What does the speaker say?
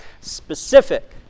Specific